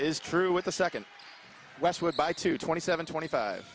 is true with the second westwood by two twenty seven twenty five